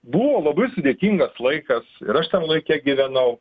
buvo labai sudėtingas laikas ir aš tam laike gyvenau